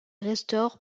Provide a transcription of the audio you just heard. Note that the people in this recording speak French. restaure